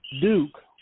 Duke